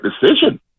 decision